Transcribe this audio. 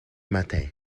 matin